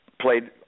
played